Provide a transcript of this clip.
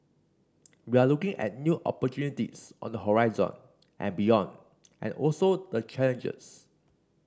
we are looking at new opportunities on the horizon and beyond and also the challenges